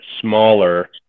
smaller